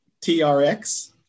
TRX